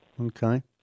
Okay